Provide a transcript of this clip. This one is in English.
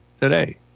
today